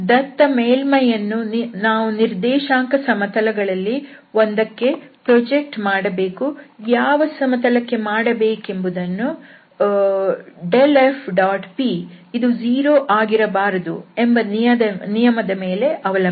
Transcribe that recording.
ದತ್ತ ಮೇಲ್ಮೈಯನ್ನು ನಾವು ನಿರ್ದೇಶಾಂಕ ಸಮತಲಗಳಲ್ಲಿ ಒಂದಕ್ಕೆ ಪ್ರೊಜೆಕ್ಟ್ ಮಾಡಬೇಕು ಯಾವ ಸಮತಲಕ್ಕೆ ಮಾಡಬೇಕೆಂಬುದು ∇f⋅p ಇದು 0 ಆಗಿರಬಾರದು ಎಂಬ ನಿಯಮದ ಮೇಲೆ ಅವಲಂಬಿಸಿದೆ